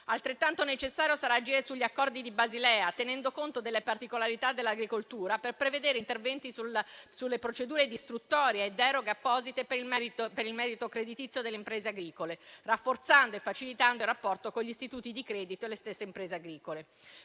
Altrettanto necessario sarà agire sugli accordi di Basilea, tenendo conto delle particolarità dell'agricoltura, per prevedere interventi sulle procedure di istruttoria e deroghe apposite per il merito creditizio delle imprese agricole, rafforzando e facilitando il rapporto tra gli istituti di credito e le stesse imprese agricole.